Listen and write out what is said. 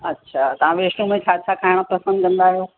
अच्छा तव्हां वैष्नो में छा छा खाइण पसंदि कंदा आहियो